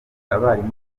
abarimu